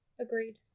agreed